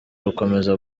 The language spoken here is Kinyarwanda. rukomeza